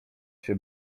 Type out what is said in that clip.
się